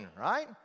right